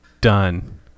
done